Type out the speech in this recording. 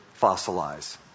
fossilize